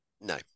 No